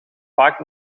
vaak